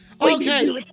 Okay